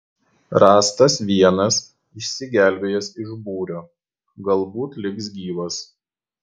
rastas vienas išsigelbėjęs iš būrio galbūt liks gyvas